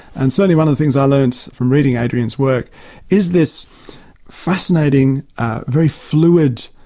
and certainly one of the things i learnt from reading adrian's work is this fascinating, very fluid,